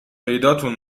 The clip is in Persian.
پیداتون